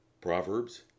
Proverbs